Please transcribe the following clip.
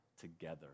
together